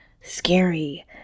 scary